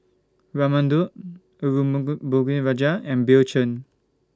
Raman Daud Arumugam Ponnu Rajah and Bill Chen